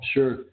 Sure